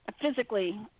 physically